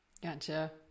Gotcha